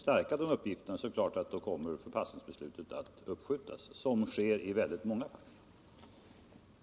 Och om de är starka, så kommer naturligtvis förpassningsbeslutet att uppskjutas — vilket ju sker i väldigt många fall.